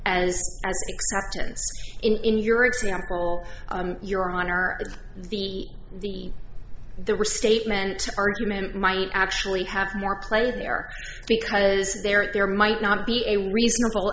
as in your example your honor the the there were statement argument might actually have more play there because there might not be a reasonable